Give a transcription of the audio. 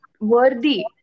worthy